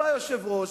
בא יושב-ראש,